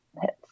hits